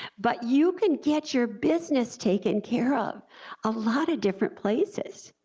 but you can get your business taken care of a lot of different places,